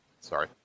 Sorry